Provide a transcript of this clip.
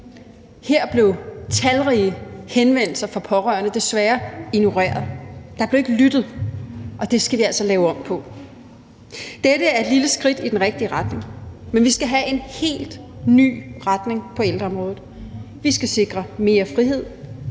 Her blev talrige henvendelser fra pårørende desværre ignoreret, der blev ikke lyttet, og det skal vi altså lave om på. Dette er et lille skridt i den rigtige retning, men vi skal have en helt ny retning på ældreområdet. Vi skal sikre mere frihed